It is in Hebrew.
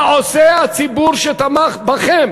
מה עושה הציבור שתמך בכם,